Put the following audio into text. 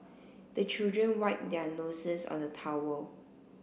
the children wipe their noses on the towel